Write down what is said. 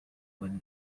when